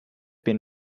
been